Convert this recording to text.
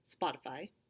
Spotify